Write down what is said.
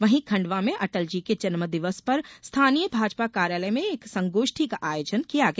वहीं खंडवा में अटल जी के जन्म दिवस पर स्थानीय भाजपा कार्यालय में एक संगोष्ठि का आयोजन किया गया